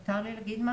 מותר לי לומר משהו?